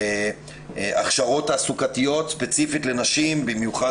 הכשרות תעסוקתיות ספציפית לנשים במיוחד